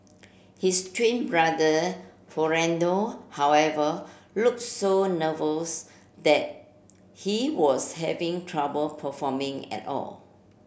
his twin brother Fernando however look so nervous that he was having trouble performing at all